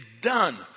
done